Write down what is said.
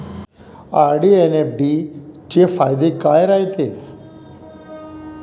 RD अन FD चे फायदे काय रायते?